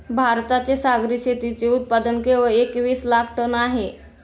भारताचे सागरी शेतीचे उत्पादन केवळ एकवीस लाख टन आहे